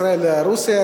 ישראל רוסיה,